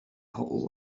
whole